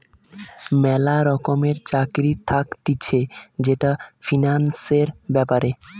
ম্যালা রকমের চাকরি থাকতিছে যেটা ফিন্যান্সের ব্যাপারে